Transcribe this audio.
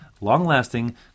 long-lasting